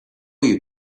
you